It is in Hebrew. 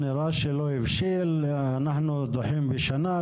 נראה שלא הבשיל, אנחנו דוחים בשנה.